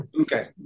Okay